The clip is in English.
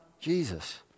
Jesus